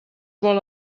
vol